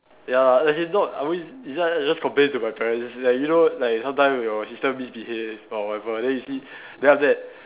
ya as in not I always I just I just complain to my parents like you know like sometimes your sister misbehave or whatever then you see then after that